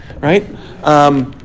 right